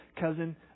cousin